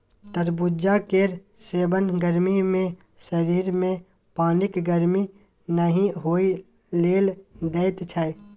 तरबुजा केर सेबन गर्मी मे शरीर मे पानिक कमी नहि होइ लेल दैत छै